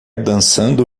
dançando